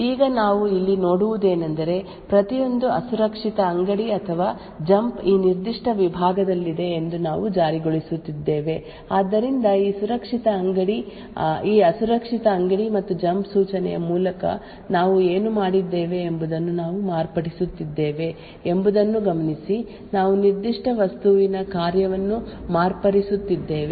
ಈಗ ನಾವು ಇಲ್ಲಿ ನೋಡುವುದೇನೆಂದರೆ ಪ್ರತಿಯೊಂದು ಅಸುರಕ್ಷಿತ ಅಂಗಡಿ ಅಥವಾ ಜಂಪ್ ಈ ನಿರ್ದಿಷ್ಟ ವಿಭಾಗದಲ್ಲಿದೆ ಎಂದು ನಾವು ಜಾರಿಗೊಳಿಸುತ್ತಿದ್ದೇವೆ ಆದ್ದರಿಂದ ಈ ಅಸುರಕ್ಷಿತ ಅಂಗಡಿ ಮತ್ತು ಜಂಪ್ ಸೂಚನೆಯ ಮೂಲಕ ನಾವು ಏನು ಮಾಡಿದ್ದೇವೆ ಎಂಬುದನ್ನು ನಾವು ಮಾರ್ಪಡಿಸುತ್ತಿದ್ದೇವೆ ಎಂಬುದನ್ನು ಗಮನಿಸಿ ನಾವು ನಿರ್ದಿಷ್ಟ ವಸ್ತುವಿನ ಕಾರ್ಯವನ್ನು ಮಾರ್ಪಡಿಸುತ್ತಿದ್ದೇವೆ